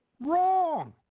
wrong